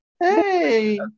Hey